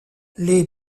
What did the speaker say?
les